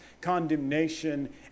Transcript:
condemnation